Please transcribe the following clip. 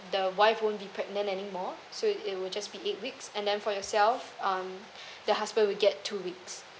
the wife won't be pregnant anymore so it will just be eight weeks and then for yourself um the husband will get two weeks